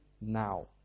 now